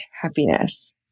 happiness